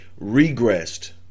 regressed